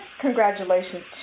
congratulations